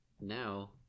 now